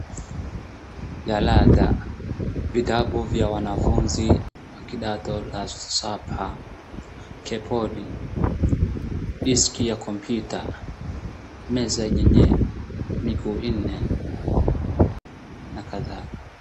Jalada, vitabu vya wanafunzi wa kidato la saba. Kebodi, diski ya kompyuta, meza yenye miguu nne na kadhalika.